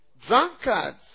Drunkards